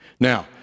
Now